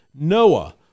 Noah